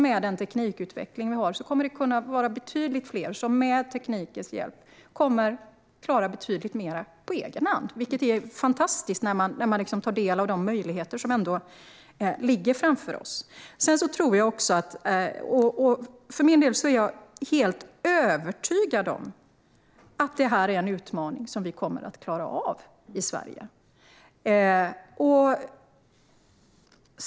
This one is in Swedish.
Med den teknikutveckling vi har kommer det att vara betydligt fler som med teknikens hjälp kan klara betydligt mer på egen hand. Det är fantastiskt när man tar del av de möjligheter som ligger framför oss. För min del är jag helt övertygad om att detta är en utmaning som vi kommer att klara av i Sverige.